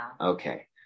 Okay